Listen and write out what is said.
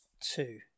two